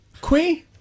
Queen